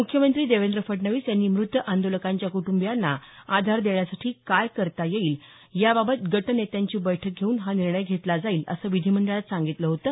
मुख्यमंत्री देवेंद्र फडणवीस यांनी मृत आंदोलकांच्या कुटंबियांना आधार देण्यासाठी काय करता येईल याबाबत गट नेत्यांची बैठक घेऊन निर्णय घेतला जाईल असं विधिमंडळात सांगितलं होतं